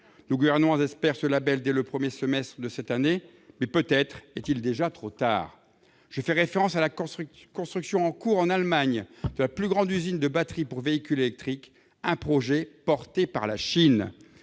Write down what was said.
Nos gouvernements espèrent obtenir ce label dès le premier semestre 2019, mais peut-être est-il déjà trop tard. Je fais référence à la construction en cours, en Allemagne, de la plus grande usine de batteries pour véhicules électriques. Un projet porté par la Chine